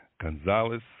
Gonzalez